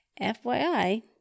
FYI